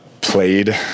played